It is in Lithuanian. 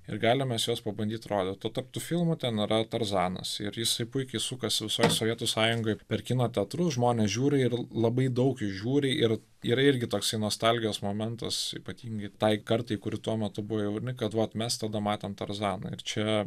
ir galim mes jos pabandyt rodyt o tarp tų filmų ten yra tarzanas ir jisai puikiai sukasi visoj sovietų sąjungoj per kino teatrus žmonės žiūri ir labai daug jų žiūri ir yra irgi toksai nostalgijos momentas ypatingai tai kartai kuri tuo metu buvo jauni kad vat mes tada matėm tarzaną ir čia